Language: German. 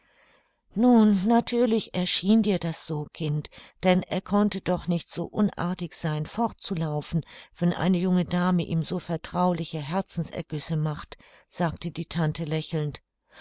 nun natürlich erschien dir das so kind denn er konnte doch nicht so unartig sein fortzulaufen wenn eine junge dame ihm so vertrauliche herzensergüsse macht sagte die tante lächelnd